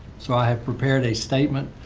so i have prepared a statement,